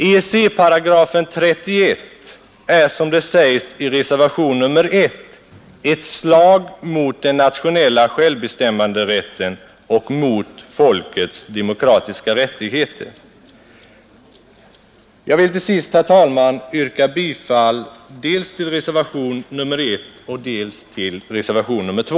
EEC-paragrafen 31 är som det sägs i reservationen 1 ”ett slag mot den nationella självbestämmanderätten och mot folkets demokratiska rättigheter”. Jag vill till sist, herr talman, yrka bifall till reservationerna 1 och 2.